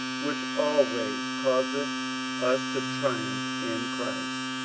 which always causeth us to triumph in christ,